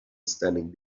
standing